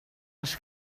les